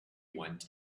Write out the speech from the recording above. went